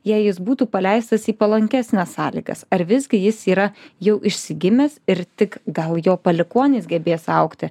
jei jis būtų paleistas į palankesnes sąlygas ar visgi jis yra jau išsigimęs ir tik gal jo palikuonys gebės augti